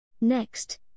Next